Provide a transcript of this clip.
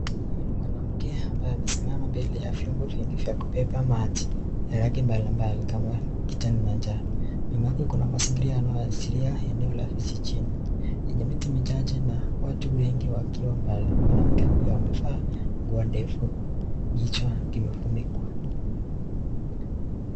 Huyu ni mwanamke ambaye amesimama mbele ya vyombo vyake vya kubeba maji ya rangi mbali mbali kama kijani na njano nyuma yake kuna mazingira yanayoashilia eneo la vijiji yenye miti michache na watu wengi wakiwa mbali, mwanamke huyu amevaa nguo ndefu kichwa kimefunikwa.